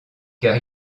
car